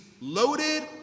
loaded